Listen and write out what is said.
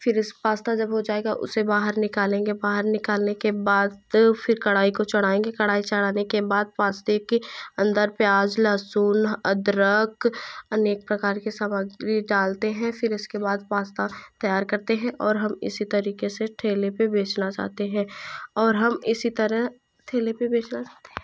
फिर उस पास्ता जब हो जाएगा उसे बाहर निकालेंगे बाहर निकालने के बाद फिर कढ़ाई को चढ़ाएँगे कढ़ाई चढ़ाने के बाद पास्ते कि अन्दर प्याज़ लहसुन अदरक अनेक प्रकार के सामग्री डालते हैं फिर इसके बाद पास्ता तैयार करते हैं और हम इसी तरीके से ठेले पे बेचना चाहते हैं और हम इसी तरह ठेले पे बेचकर